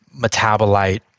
metabolite